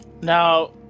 Now